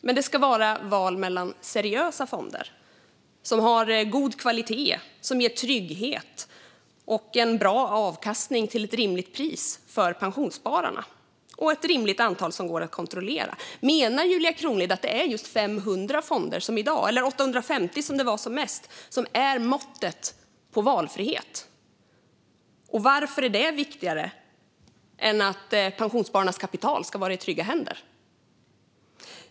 Men det ska vara val mellan seriösa fonder som har god kvalitet och ger trygghet och en bra avkastning till ett rimligt pris för pensionsspararna, och det ska vara ett rimligt antal som går att kontrollera. Menar Julia Kronlid att det är just 500 fonder som i dag, eller 850 som det var som mest, som är måttet på valfrihet? Varför är det viktigare än att pensionsspararnas kapital ska vara i trygga händer?